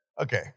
okay